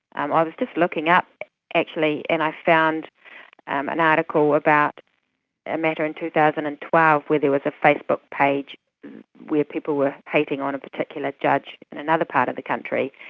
um ah i was just looking up actually and i found an article about a matter in two thousand and twelve where there was a facebook page where people were hating on a particular judge in another part of the country,